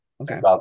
Okay